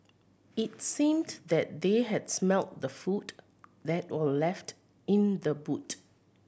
it seemed that they had smelt the food that were left in the boot